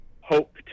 hope